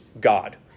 God